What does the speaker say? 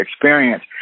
experience